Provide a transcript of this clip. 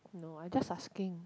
no I just asking